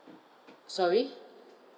sorry